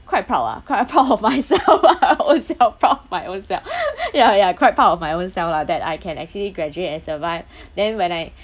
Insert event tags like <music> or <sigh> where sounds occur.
quite proud ah quite proud of myself <laughs> !wah! own self proud of my own self <laughs> ya ya quite proud of my own self lah that I can actually graduate and survive then when I